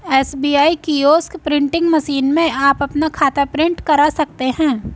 SBI kiosk printing machine में आप अपना खाता प्रिंट करा सकते हैं